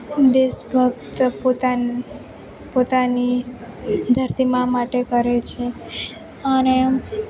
દેશ ભક્ત પોતાની ધરતી મા માટે કરે છે અને